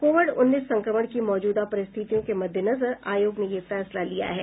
Covid उन्नीस संक्रमण की मौजूदा परिस्थितियों के मद्देनजर आयोग ने यह फैसला लिया है